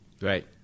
Right